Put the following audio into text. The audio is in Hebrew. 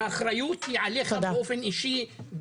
והאחריות היא עליך באופן אישי,